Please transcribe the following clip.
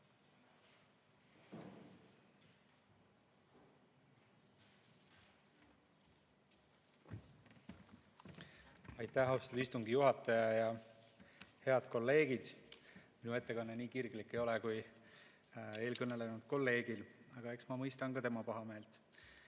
Aitäh, austatud istungi juhataja! Head kolleegid! Minu ettekanne nii kirglik ei ole kui eelkõnelenud kolleegil, aga eks ma mõistan tema pahameelt.